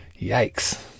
Yikes